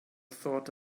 thought